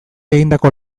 egindako